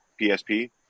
PSP